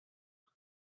may